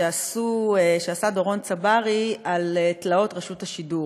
שעשה דורון צברי על תלאות רשות השידור,